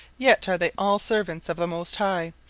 yet are they all servants of the most high,